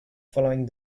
following